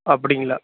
அப்படிங்களா